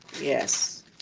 Yes